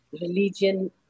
religion